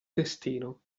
destino